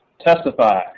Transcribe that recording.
Testify